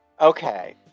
Okay